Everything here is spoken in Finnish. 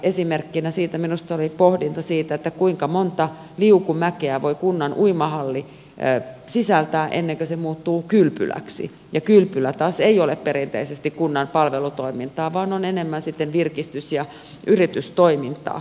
esimerkkinä siitä minusta oli pohdinta siitä kuinka monta liukumäkeä kunnan uimahalli voi sisältää ennen kuin se muuttuu kylpyläksi ja kylpylä taas ei ole perinteisesti kunnan palvelutoimintaa vaan on enemmän sitten virkistys ja yritystoimintaa